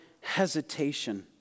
hesitation